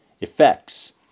effects